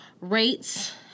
rates